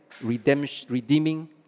redeeming